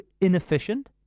inefficient